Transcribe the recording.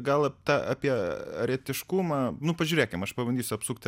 gal tą apie etiškumą nu pažiūrėkim aš pabandysiu apsukti